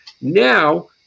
Now